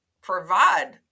provide